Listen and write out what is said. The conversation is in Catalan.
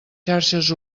xarxes